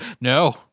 No